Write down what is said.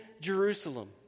Jerusalem